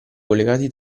collegati